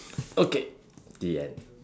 okay the end